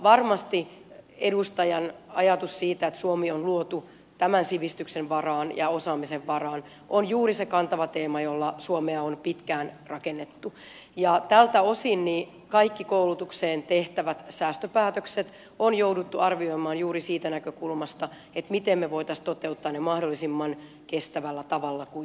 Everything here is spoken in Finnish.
varmasti edustajan ajatus siitä että suomi on luotu sivistyksen ja osaamisen varaan on juuri se kantava teema jolla suomea on pitkään rakennettu ja tältä osin kaikki koulutukseen tehtävät säästöpäätökset on jouduttu arvioimaan juuri siitä näkökulmasta miten me voisimme toteuttaa ne mahdollisimman kestävällä tavalla kuitenkin